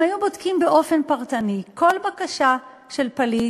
אם היו בודקים באופן פרטני כל בקשה של פליט,